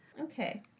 Okay